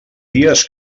dies